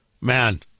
Man